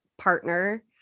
partner